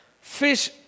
Fish